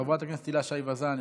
חברת הכנסת הילה שי וזאן,